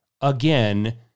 again